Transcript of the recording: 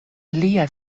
lia